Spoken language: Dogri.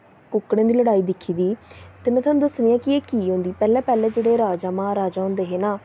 कुक्कड़ें दी लडाई दिक्खी दी ऐ ते में तुहानू दस्सनी आं कि एह् की होंदी पैह्लें पैह्लें राजा महाराजा होंदे हे ना